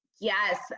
Yes